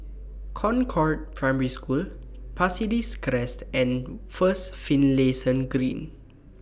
Concord Primary School Pasir Ris Crest and First Finlayson Green